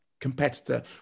competitor